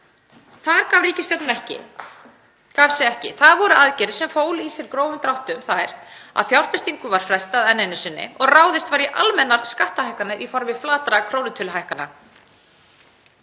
þar gaf ríkisstjórnin sig ekki — voru aðgerðir sem fólu í sér í grófum dráttum að fjárfestingu var frestað enn einu sinni og ráðist var í almennar skattahækkanir í formi flatra krónutöluhækkana.